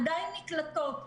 עדיין נקלטות.